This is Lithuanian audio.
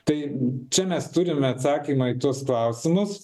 tai čia mes turime atsakymą į tuos klausimus